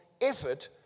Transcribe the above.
effort